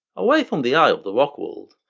away from the eye of the rock world,